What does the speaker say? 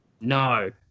No